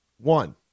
One